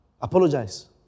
Apologize